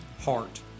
heart